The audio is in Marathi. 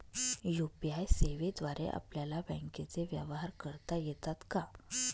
यू.पी.आय सेवेद्वारे आपल्याला बँकचे व्यवहार करता येतात का?